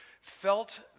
felt